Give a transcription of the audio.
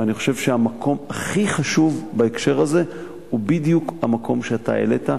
ואני חושב שהמקום הכי חשוב בהקשר כזה הוא בדיוק המקום שאתה העלית,